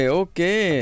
okay